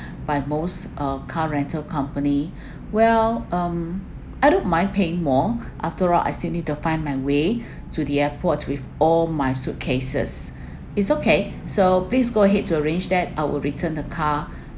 by most uh car rental company well um I don't mind paying more after all I still need to find my way to the airport with all my suitcases it's okay so please go ahead to arrange that I will return the car